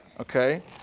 Okay